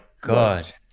God